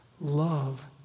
Love